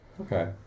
Okay